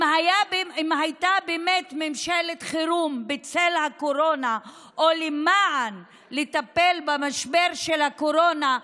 אם הייתה באמת ממשלת חירום בצל הקורונה או לשם טיפול במשבר הקורונה,